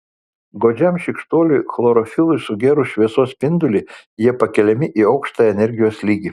godžiam šykštuoliui chlorofilui sugėrus šviesos spindulį jie pakeliami į aukštą energijos lygį